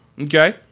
Okay